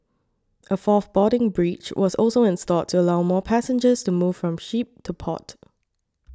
a fourth boarding bridge was also installed to allow more passengers to move from ship to port